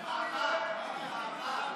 זה כבר עבר, זה כבר עבר.